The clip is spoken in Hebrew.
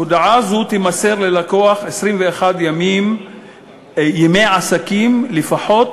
הודעה זו תימסר ללקוח 21 ימי עסקים לפחות